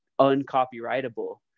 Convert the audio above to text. uncopyrightable